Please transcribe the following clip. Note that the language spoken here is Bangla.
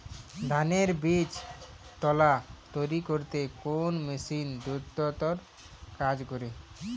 ধানের বীজতলা তৈরি করতে কোন মেশিন দ্রুততর কাজ করে?